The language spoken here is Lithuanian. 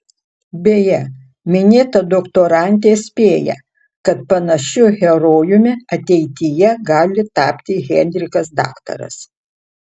beje minėta doktorantė spėja kad panašiu herojumi ateityje gali tapti henrikas daktaras